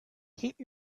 keep